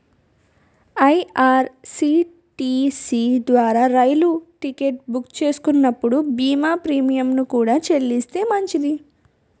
IRCTC ద్వారా రైలు ticket book చేస్తున్నప్పుడు బీమా ప్రీమియంను కూడా చెల్లిస్తే మంచిది